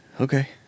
Okay